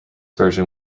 version